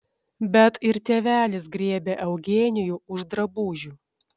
bet ir tėvelis griebė eugenijų už drabužių